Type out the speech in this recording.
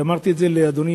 אמרתי את זה לאדוני,